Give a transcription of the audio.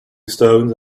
stones